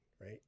right